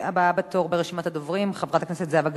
הבאה בתור ברשימת הדוברים, חברת הכנסת זהבה גלאון,